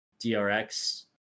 DRX